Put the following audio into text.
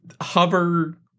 hover